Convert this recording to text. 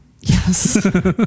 Yes